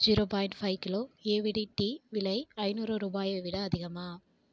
zero point five kilo AVT tea விலை ஐநூறு ரூபாயை விட அதிகமா